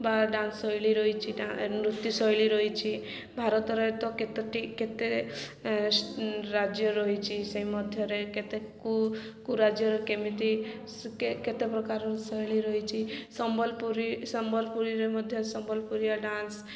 ବା ଡାନ୍ସ ଶୈଳୀ ରହିଛି ନୃତ୍ୟଶୈଳୀ ରହିଛି ଭାରତରେ ତ କେତୋଟି କେତେ ରାଜ୍ୟ ରହିଛି ସେଇ ମଧ୍ୟରେ କେତେକ ରାଜ୍ୟର କେମିତି କେତେ ପ୍ରକାର ଶୈଳୀ ରହିଛି ସମ୍ବଲପୁରୀ ସମ୍ବଲପୁରୀରେ ମଧ୍ୟ ସମ୍ବଲପୁରିଆ ଡାନ୍ସ